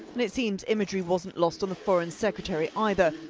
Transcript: and it seems imagery wasn't lost on the foreign secretary either,